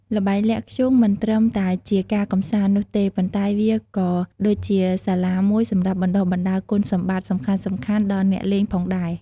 ល្បែងលាក់ធ្យូង មិនត្រឹមតែជាការកម្សាន្តនោះទេ ប៉ុន្តែវាក៏ដូចជាសាលាមួយសម្រាប់បណ្ដុះបណ្ដាលគុណសម្បត្តិសំខាន់ៗដល់អ្នកលេងផងដែរ។